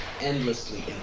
endlessly